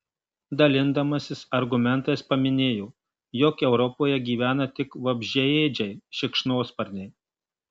dalindamasis argumentais paminėjo jog europoje gyvena tik vabzdžiaėdžiai šikšnosparniai